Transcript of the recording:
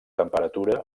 temperatura